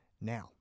Now